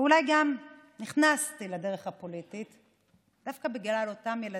ואולי גם נכנסתי לדרך הפוליטית דווקא בגלל אותם ילדים,